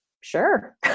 sure